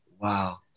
Wow